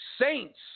saints